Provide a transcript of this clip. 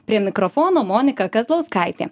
prie mikrofono monika kazlauskaitė